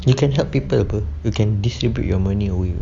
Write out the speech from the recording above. you can help people apa you can distribute your money away